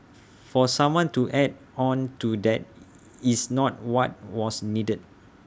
for someone to add on to that is not what was needed